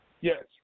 yes